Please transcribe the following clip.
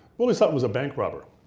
willie sutton was a bank robber.